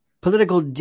political